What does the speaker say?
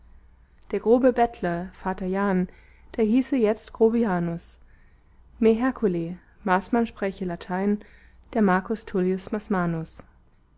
der grobe bettler vater jahn der hieße jetzt grobianus me hercule maßmann spräche latein der marcus